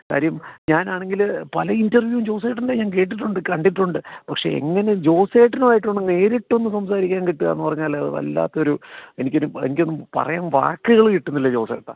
കാര്യം ഞാൻ ആണെങ്കിൽ പല ഇൻറ്റർവ്യുവും ജോസേട്ടൻ്റെ ഞാൻ കേട്ടിട്ടുണ്ട് കണ്ടിട്ടുണ്ട് പക്ഷെ എങ്ങനെ ജോസേട്ടനുമായിട്ട് ഒന്ന് നേരിട്ടൊന്ന് സംസാരിക്കാൻ കിട്ടുക എന്ന് പറഞ്ഞാലത് വല്ലാത്തൊരു എനിക്കൊരു എനിക്കൊന്ന് പറയാൻ വാക്കുകൾ കിട്ടുന്നില്ല ജോസേട്ടാ